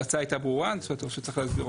ההצעה הייתה ברורה או שצריך להסביר אותה?